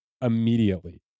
immediately